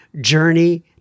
journey